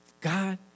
God